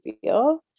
feel